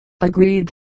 agreed